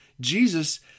Jesus